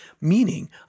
Meaning